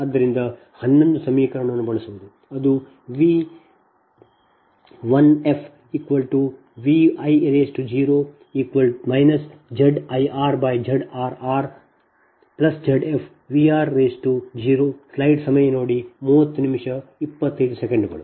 ಆದ್ದರಿಂದ ಹನ್ನೊಂದು ಸಮೀಕರಣವನ್ನು ಬಳಸುವುದು ಅದು VifVi0 ZirZrrZfVr0